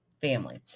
family